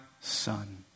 son